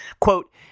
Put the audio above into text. Quote